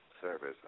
service